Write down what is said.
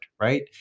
right